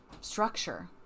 structure